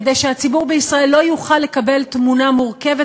כדי שהציבור בישראל לא יוכל לקבל תמונה מורכבת